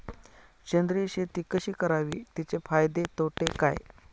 सेंद्रिय शेती कशी करावी? तिचे फायदे तोटे काय?